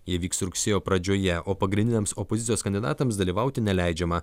jie vyks rugsėjo pradžioje o pagrindiniams opozicijos kandidatams dalyvauti neleidžiama